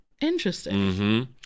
interesting